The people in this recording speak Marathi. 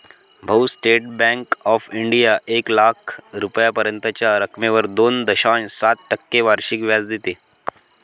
भाऊ, स्टेट बँक ऑफ इंडिया एक लाख रुपयांपर्यंतच्या रकमेवर दोन दशांश सात टक्के वार्षिक व्याज देते